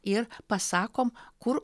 ir pasakom kur